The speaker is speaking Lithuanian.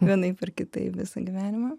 vienaip ar kitaip visą gyvenimą